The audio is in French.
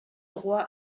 roi